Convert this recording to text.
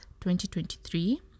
2023